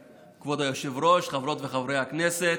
היושב-ראש, חברות וחברי הכנסת,